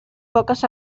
poques